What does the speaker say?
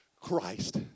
Christ